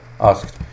asked